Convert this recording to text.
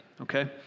okay